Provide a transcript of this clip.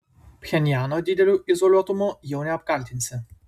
pchenjano dideliu izoliuotumu jau neapkaltinsi